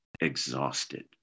exhausted